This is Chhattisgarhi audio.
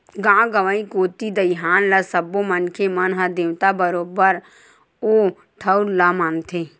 गाँव गंवई कोती दईहान ल सब्बो मनखे मन ह देवता बरोबर ओ ठउर ल मानथे